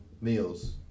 meals